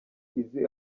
izi